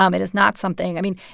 um it is not something i mean,